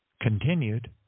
continued